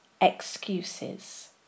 excuses